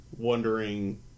wondering